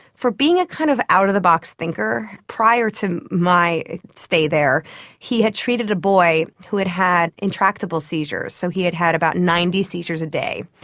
for being a kind of out-of-the-box thinker. prior to my stay there he had treated a boy who had had intractable seizures. so he had had about ninety seizures a day.